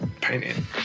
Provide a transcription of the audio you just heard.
Painting